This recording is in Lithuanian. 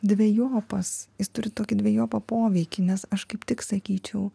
dvejopas jis turi tokį dvejopą poveikį nes aš kaip tik sakyčiau